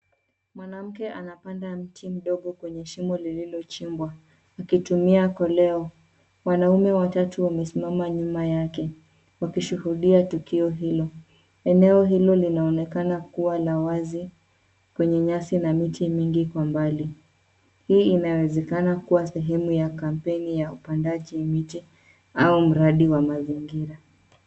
Mwanake anapanda mti mdogo kwenye shimo lilochimbwa, akitumia koleo wanaume watatu wamesimama nyuma yake wakishuhudia tukio hilo eneo hilo linaonekana kuwa la wazi kwenye nyasi na miti mingi kwa mbali mingi hii inaweza kuwa sehemu ya kampeni ya upandaji miti au mradi wa mazingira.